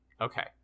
Okay